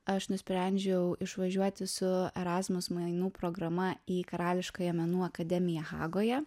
aš nusprendžiau išvažiuoti su erasmus mainų programa į karališkąją menų akademiją hagoje